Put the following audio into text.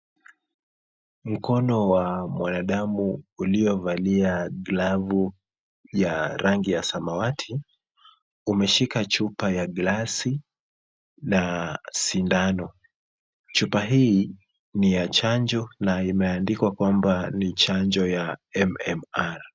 Mkono wa mwanadamu uliovalia glavu ya rangi ya samawati, umeshika chupa ya glasi na sindano. Chupa hii ni ya chanjo na imeandikwa kwamba ni chanjo ya MMR.